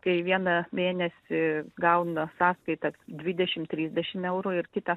kai vieną mėnesį gauna sąskaitą dvidešim trisdešim eurų ir kitą